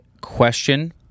question